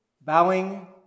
bowing